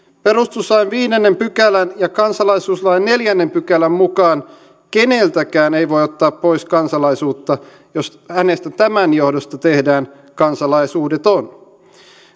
perustuslain viidennen pykälän ja kansalaisuuslain neljännen pykälän mukaan keneltäkään ei voi ottaa pois kansalaisuutta jos hänestä tämän johdosta tehdään kansalaisuudeton